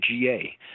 ga